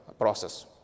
process